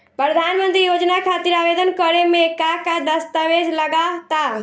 प्रधानमंत्री योजना खातिर आवेदन करे मे का का दस्तावेजऽ लगा ता?